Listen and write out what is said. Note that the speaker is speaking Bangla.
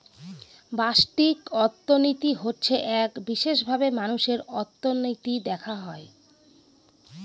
ব্যষ্টিক অর্থনীতি হচ্ছে এক বিশেষভাবে মানুষের অর্থনীতি দেখা হয়